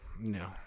No